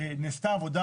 נעשתה עבודה